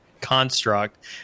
construct